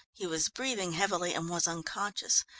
he was breathing heavily and was unconscious.